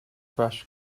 fresh